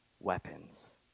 weapons